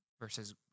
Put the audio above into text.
Versus